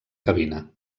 cabina